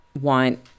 want